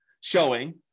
showing